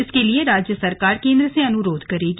इसके लिए राज्य सरकार केंद्र से अनुरोध करेगी